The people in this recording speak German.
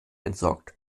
entsorgt